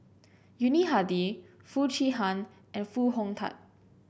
Yuni Hadi Foo Chee Han and Foo Hong Tatt